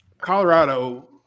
Colorado